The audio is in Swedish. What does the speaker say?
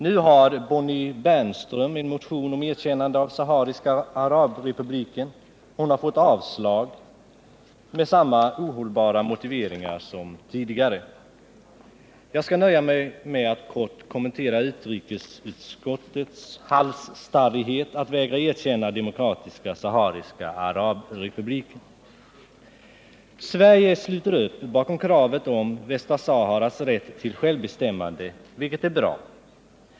Nu har Bonnie Bernström väckt en motion om erkännande av Demokratiska 5 j :/ sahariska arabre Demokratiska sahariska Srabrepubliken: Den Har javstyrkts av utrikesutpubliken skottet med samma ohållbara motiveringar som tidigare. Jag skall nöja mig med att kort kommentera utrikesutskottets halsstarrighet att vägra erkänna Demokratiska sahariska arabrepubliken. Sverige sluter upp bakom kravet på Västra Saharas rätt till självbestämmande, vilket är bra.